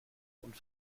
und